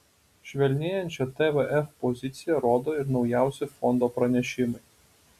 švelnėjančią tvf poziciją rodo ir naujausi fondo pranešimai